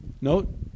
note